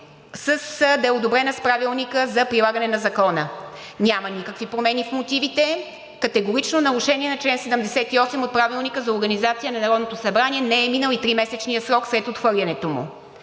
не да е одобрена с Правилника за прилагане на закона. Няма никакви промени в мотивите в категорично нарушение на чл. 78 от Правилника за организацията и дейността на Народното събрание – не е минал и 3-месечният срок след отхвърлянето му.